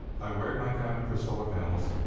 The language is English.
i wired my cabin for solar panels